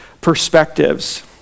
perspectives